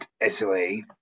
Italy